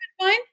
Fine